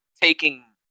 taking